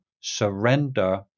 surrender